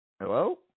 Hello